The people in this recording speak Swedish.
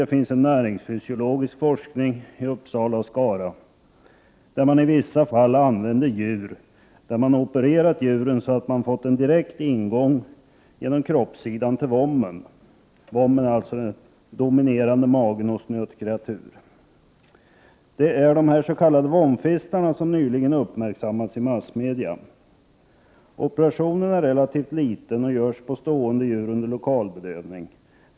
Det finns näringsfysiologisk forskning i Uppsala och Skara, där man i vissa fall använder djur. Man opererar djuren så att man får en direkt ingång genom kroppssidan till vommen. Vommen är den dominerande magen hos nötkreatur. Det är de s.k. vomfistlarna som nyligen har uppmärksammats i massmedia. Operationen är relativt liten och görs på stående djur under lokalbedövning.